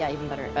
yeah even better.